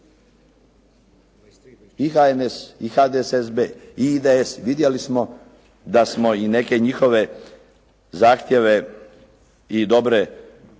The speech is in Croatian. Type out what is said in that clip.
I HNS, i HDSSB, i IDS, vidjeli smo da smo i neke njihove zahtjeve i dobre